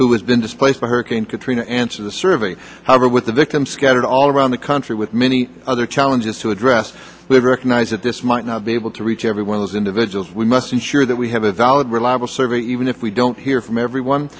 has been displaced by hurricane katrina answered the survey however with the victims scattered all around the country with many other challenges to address the recognize that this might not be able to reach everyone as individuals we must ensure that we have a valid reliable service even if we don't hear from everyone